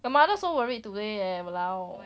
my mother so worried today eh !walao!